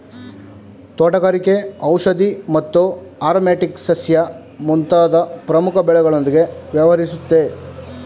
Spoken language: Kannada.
ತೋಟಗಾರಿಕೆ ಔಷಧಿ ಮತ್ತು ಆರೊಮ್ಯಾಟಿಕ್ ಸಸ್ಯ ಮುಂತಾದ್ ಪ್ರಮುಖ ಬೆಳೆಗಳೊಂದ್ಗೆ ವ್ಯವಹರಿಸುತ್ತೆ